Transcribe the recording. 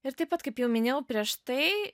ir taip pat kaip jau minėjau prieš tai